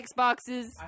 Xboxes